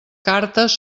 cartes